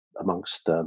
amongst